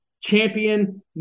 Champion